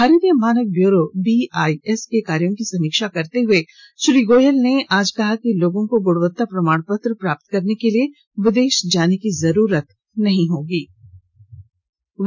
भारतीय मानक bureau BIS के कार्यो की समीक्षा करते हए श्री गोयल ने आज कहा कि लोगों को गृणवत्ता प्रमाण पत्र प्राप्त करने के लिए विदेश जाने की जरूरत नहीं होनी चाहिए